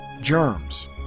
germs